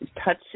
touch